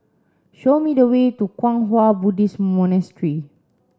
show me the way to Kwang Hua Buddhist Monastery